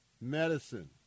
medicine